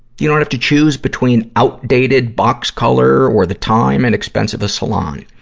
you don't have to choose between outdated box color, or the time and expense of the salon.